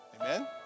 Amen